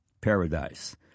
paradise